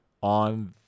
on